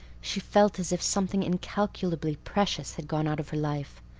she felt as if something incalculably precious had gone out of her life.